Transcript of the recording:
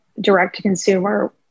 direct-to-consumer